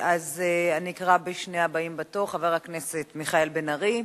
אני אקרא לשני הבאים בתור: חבר הכנסת מיכאל בן-ארי,